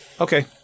Okay